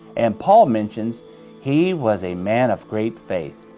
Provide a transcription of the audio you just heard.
and paul mentions he was a man of great faith.